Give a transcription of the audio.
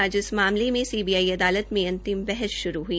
आज इस मामले में सीबीआई अदालत में अंतिम बहस शुरू हुई